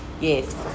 Yes